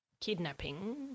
kidnapping